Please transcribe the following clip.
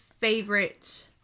favorite